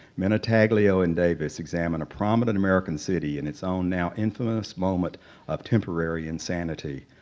minutaglio and davis examine a prominent american city in its own now infamous moment of temporary insanity.